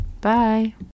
bye